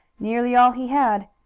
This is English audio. nearly all he had.